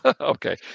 Okay